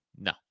No